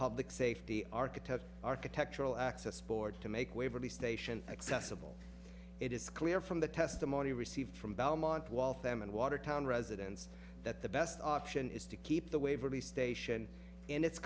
public safety architect architectural access board to make waverly station accessible it is clear from the testimony received from belmont waltham and watertown residents that the best option is to keep the waverly station in it